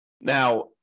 Now